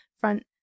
front